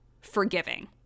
forgiving